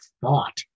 thought